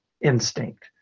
instinct